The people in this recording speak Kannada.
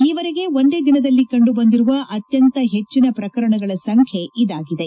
ಈವರೆಗೆ ಒಂದೇ ದಿನದಲ್ಲಿ ಕಂಡುಬಂದಿರುವ ಅತ್ಯಂತ ಹೆಚ್ಚಿನ ಪ್ರಕರಣಗಳ ಸಂಖ್ಯೆ ಇದಾಗಿದೆ